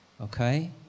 Okay